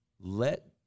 Let